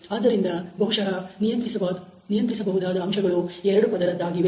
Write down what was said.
ಆದ್ದರಿಂದ ಬಹುಶಃ ನಿಯಂತ್ರಿಸಬಹುದಾದ ಅಂಶಗಳು ಎರಡು ಪದರದ್ದಾಗಿವೆ